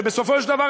שבסופו של דבר,